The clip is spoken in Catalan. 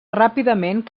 ràpidament